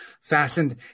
fastened